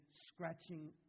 scratching